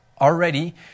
Already